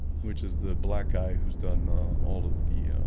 which is the black guy who's done all of the